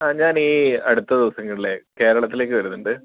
അ ഞാൻ ഈ അടുത്ത ദിവസങ്ങളിലേ കേരളത്തിലേക്ക് വരുന്നുണ്ട്